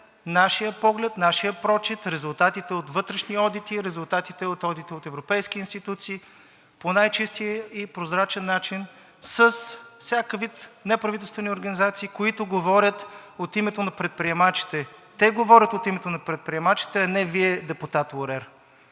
нашия поглед, нашия прочит, резултатите от вътрешни одити, резултатите от одити от европейски институции, по най-чистия и прозрачен начин с всякакъв вид неправителствени организации, които говорят от името на предприемачите Те говорят от името на предприемачите, а не Вие, депутат Лорер.